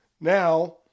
Now